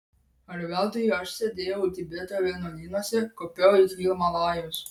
ar veltui aš sėdėjau tibeto vienuolynuose kopiau į himalajus